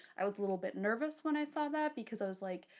i was a little bit nervous when i saw that because i was like,